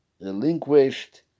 relinquished